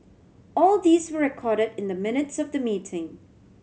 all these were recorded in the minutes of the meeting